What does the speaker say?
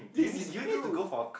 this is blue